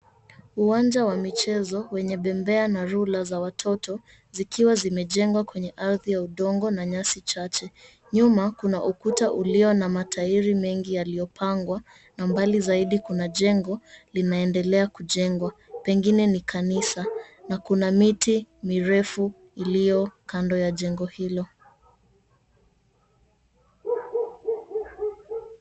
Uwanja wa michezo wenye bembea na rula za watoto, zikiwa zimejengwa kwenye ardhi ya udongo na nyasi chache. Nyuma kuna ukuta ulio na matairi mengi yaliyopangwa na mbali zaidi kuna jengo linaendelea kujengwa, pengine ni kanisa, na kuna miti mirefu iliyo kando ya jengo hilo.